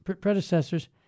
predecessors